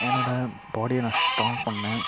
என்னோடய பாடியை நான் ஸ்ட்ராங் பண்ணுணேன்